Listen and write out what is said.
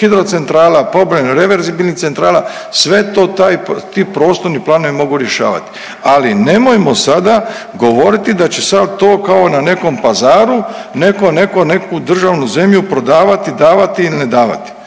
hidrocentrala, … reverzibilnih centrala sve to taj, ti prostorni planovi mogu rješavati. Ali nemojmo sada govoriti da će sada to kao na nekom pazaru netko neku državnu zemlju prodavati, davati ili ne davati.